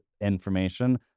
information